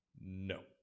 no